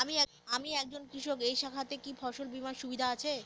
আমি একজন কৃষক এই শাখাতে কি ফসল বীমার সুবিধা আছে?